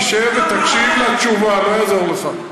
תשב ותקשיב לתשובה, לא יעזור לך.